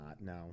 No